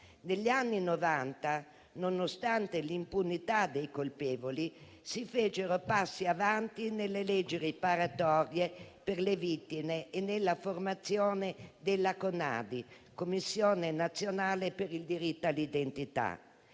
Negli anni Novanta, nonostante l'impunità dei colpevoli, si fecero passi avanti nelle leggi riparatorie per le vittime e per la formazione della CoNaDi, la commissione nazionale per il diritto all'identità.